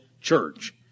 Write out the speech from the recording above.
church